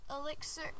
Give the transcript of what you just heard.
elixir